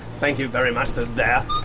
thank you very much, so